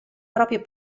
proprio